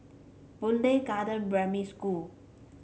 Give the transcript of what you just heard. Boon Lay Garden Primary School